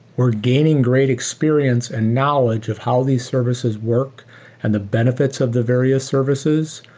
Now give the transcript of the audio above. we're gaining great experience and knowledge of how these services work and the benefits of the various services.